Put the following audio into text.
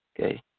Okay